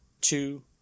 two